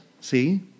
See